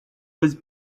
was